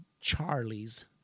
charlies